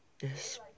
Yes